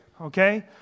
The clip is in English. Okay